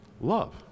Love